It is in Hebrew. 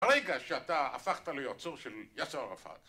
ברגע שאתה הפכת לייצור של יאסר עראפת